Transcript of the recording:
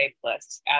plus